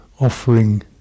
offering